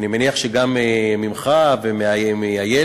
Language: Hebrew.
ואני מניח שגם ממך, ומאיילת,